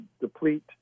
deplete